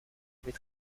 avait